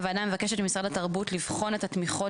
הוועדה מבקשת ממשרד התרבות לבחון את התמיכות